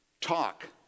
talk